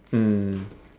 mm